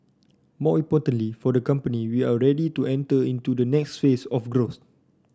more importantly for the company we are ready to enter into the next phase of growth